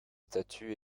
statuts